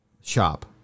shop